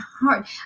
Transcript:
heart